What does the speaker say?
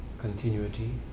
continuity